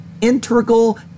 integral